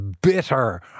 bitter